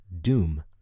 Doom